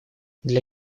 для